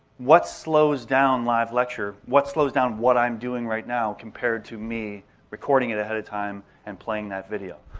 what slows down live lecture? what slows down what i'm doing right now compared to me recording it ahead of time and playing that video?